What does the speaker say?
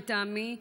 לטעמי,